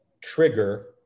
trigger